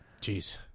Jeez